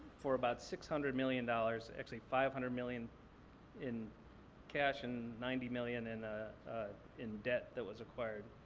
for about six hundred million dollars. actually, five hundred million in cash and ninety million in ah in debt that was acquired.